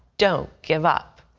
don't give up.